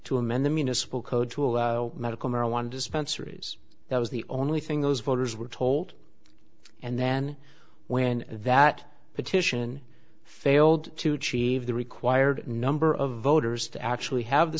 to amend the municipal code to allow medical marijuana dispensary that was the only thing those voters were told and then when that petition failed to achieve the required number of voters to actually have the